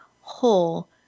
whole